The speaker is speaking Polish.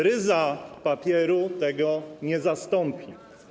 Ryza papieru tego nie zastąpi.